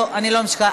לא, אני לא ממשיכה.